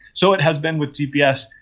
so it has been with gps.